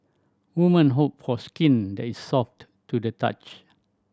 woman hope for skin that is soft to the touch